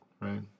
right